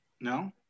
No